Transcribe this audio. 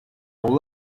will